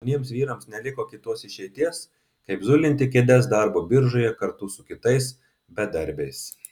jauniems vyrams neliko kitos išeities kaip zulinti kėdes darbo biržoje kartu su kitais bedarbiais